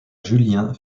julien